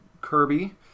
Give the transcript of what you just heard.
Kirby